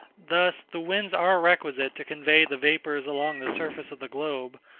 thus, the winds are requisite to convey the vapours along the surface of the globe,